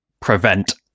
prevent